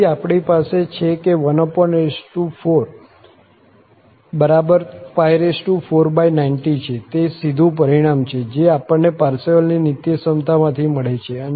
તેથી આપણી પાસે છે કે 1n4 બરાબર 490 છે તે સીધું પરિણામ છે જે આપણને પારસેવલની નીત્યસમતા માંથી મળે છે